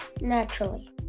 naturally